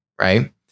right